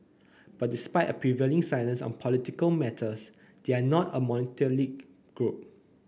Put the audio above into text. but despite a prevailing silence on political matters they are not a monolithic group